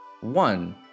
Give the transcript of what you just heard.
One